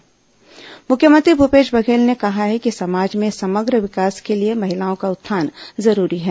मख्यमंत्री महिला दिवस मुख्मयंत्री भूपेश बघेल ने कहा है कि समाज के समग्र विकास के लिए महिलाओं का उत्थान जरूरी है